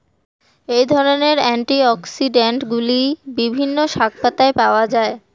এই ধরনের অ্যান্টিঅক্সিড্যান্টগুলি বিভিন্ন শাকপাতায় পাওয়া য়ায়